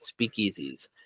Speakeasies